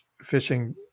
fishing